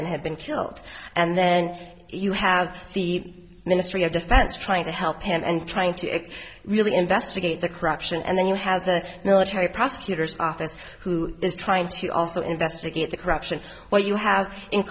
and have been killed and then you have the ministry of defense trying to help and trying to really investigate the corruption and then you have the military prosecutor's office who is trying to also investigate the corruption what you have in